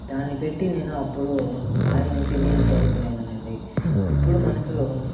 దాన్నిపెట్టి నేను అప్పుడు బావి నుంచి నీళ్లు తోడుకునే వాడినండి ఇప్పుడు మనకు